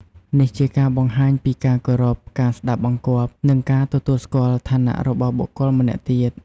នេះជាការបង្ហាញពី ការគោរព ការស្ដាប់បង្គាប់ និងការទទួលស្គាល់ ឋានៈរបស់បុគ្គលម្នាក់ទៀត។